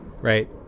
right